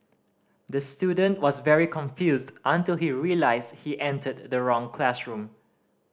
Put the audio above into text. the student was very confused until he realised he entered the wrong classroom